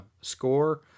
score